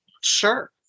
Sure